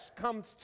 comes